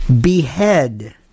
behead